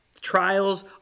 trials